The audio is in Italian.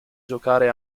giocare